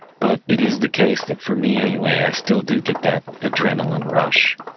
but it is the case that, for me anyway, i still do get that adrenaline rush.